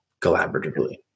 collaboratively